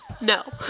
No